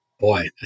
Boy